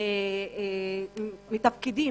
מתפקדים